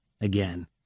Again